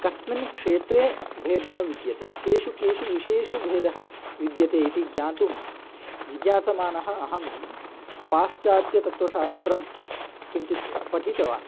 कस्मिन् क्षेत्रे भेदः विद्यते केषु केषु विषयेषु भेदः विद्यते इति ज्ञातुं जिज्ञासमानः अहं पाश्चात्यतत्वशास्त्रं किञ्चित् पठितवान्